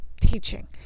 teaching